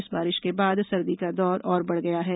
इस बारिश के बाद सर्दी का दौर और बढ गया है